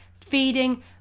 feeding